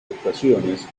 estaciones